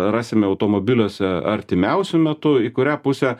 rasime automobiliuose artimiausiu metu į kurią pusę